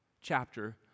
chapter